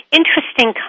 interesting